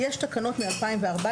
יש תקנות מ-2014,